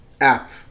app